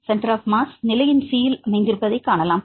centre of mass நிலை எண் C இல் அமைந்திருப்பதைக் காணலாம்